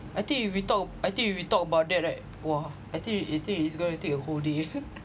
I think if we talk I think we we talk about that right !wah! I think I think it's gonna take a whole day